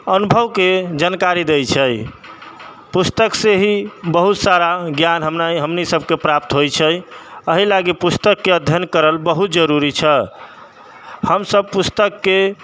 अनुभव के जानकारी दय छै पुस्तक से ही बहुत सारा ज्ञान हमरा हमनी सब के प्राप्त होइ छै एहि लागी पुस्तक के अध्ययन करल बहुत जरूरी छै हमसब पुस्तक के